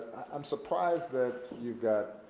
i'm surprised that you've got